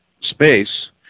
space